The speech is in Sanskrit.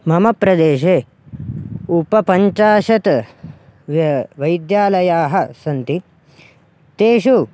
मम प्रदेशे उपपञ्चाशत् वैद्यालयाः सन्ति तेषु